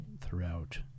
Throughout